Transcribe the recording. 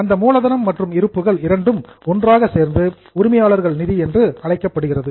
அந்த மூலதனம் மற்றும் இருப்புகள் இரண்டும் ஒன்றாக சேர்ந்து உரிமையாளர்கள் நிதி என்று அழைக்கப்படுகிறது